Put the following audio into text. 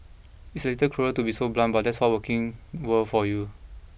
it's a little cruel to be so blunt but that's what working world for you